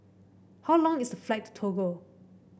how long is the flight to Togo